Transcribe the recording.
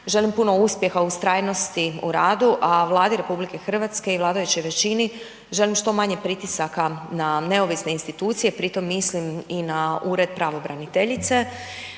želim puno uspjeha, ustrajnosti u radu a Vladi RH i vladajućoj većini želim što manje pritisaka na neovisne institucije, pri tome mislim i na Ured pravobraniteljice.